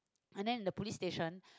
and then the police station